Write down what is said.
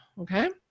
okay